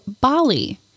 Bali